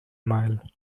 mile